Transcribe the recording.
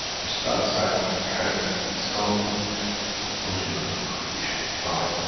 which that cycle carries with itself the origin of the creation of life